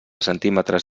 centímetres